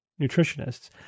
nutritionists